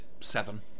seven